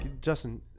Justin